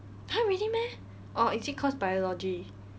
!huh! really meh or is it cause biology